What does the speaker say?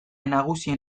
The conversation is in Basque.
nagusien